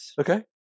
Okay